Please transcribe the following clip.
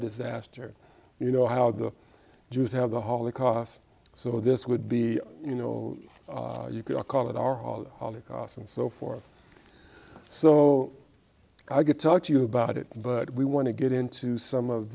disaster you know how the jews have the holocaust so this would be you know you could call it our all holocaust and so forth so i could talk to you about it but we want to get into some of